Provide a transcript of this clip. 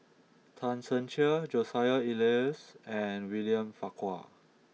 Tan Ser Cher Joseph Elias and William Farquhar